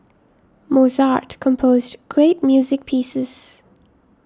Mozart composed great music pieces